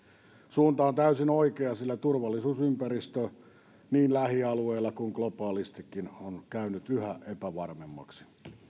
suunta on täysin oikea sillä turvallisuusympäristö niin lähialueella kuin globaalistikin on käynyt yhä epävarmemmaksi